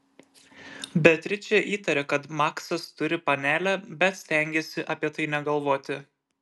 beatričė įtarė kad maksas turi panelę bet stengėsi apie tai negalvoti